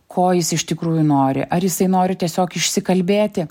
ko jis iš tikrųjų nori ar jisai nori tiesiog išsikalbėti